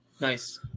Nice